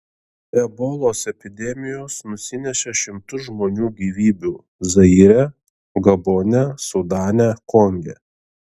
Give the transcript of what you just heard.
ebolos epidemijos nusinešė šimtus žmonių gyvybių zaire gabone sudane konge